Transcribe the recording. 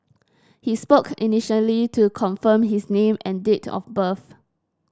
he spoke initially to confirm his name and date of birth